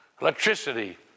electricity